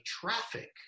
traffic